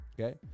okay